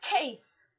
case